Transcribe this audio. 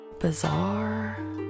bizarre